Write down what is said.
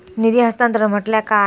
निधी हस्तांतरण म्हटल्या काय?